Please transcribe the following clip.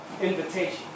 invitation